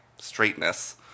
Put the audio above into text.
straightness